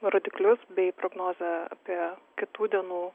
rodiklius bei prognozę apie kitų dienų